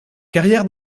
carrière